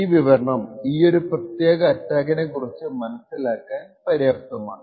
ഈ വിവരണം ഈയൊരു പ്രത്യേക അറ്റാക്കിനെ കുറിച്ച്മനസ്സിലാക്കാൻ പര്യാപ്തമാണ്